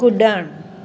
कुड॒णु